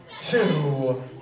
two